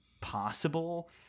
possible